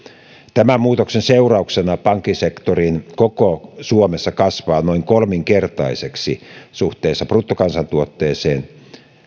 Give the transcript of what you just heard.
tämän muutoksen seurauksena pankkisektorin koko suomessa kasvaa noin kolminkertaiseksi suhteessa bruttokansantuotteeseen ja